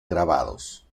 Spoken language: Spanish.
grabados